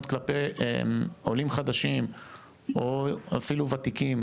כלפי עולים חדשים או אפילו ותיקים,